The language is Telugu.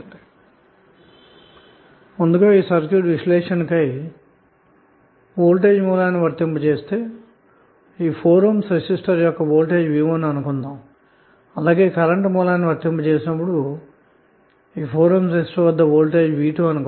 ఒక వేళ ముందుగా వోల్టేజ్ సోర్స్ ని వర్తింపజేసి సర్క్యూట్ విశ్లేషణ చేస్తే 4 ohm రెసిస్టర్ యొక్క వోల్టేజ్ v1 అవుతుంది అలాగే కరెంటు సోర్స్ ని వర్తింపచేస్తే రెసిస్టర్ వద్ద వోల్టేజ్ v2 అవుతుంది